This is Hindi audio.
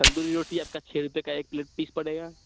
तंदूरी रोटी आपका छः का एक प्लेट पीस पड़ेगा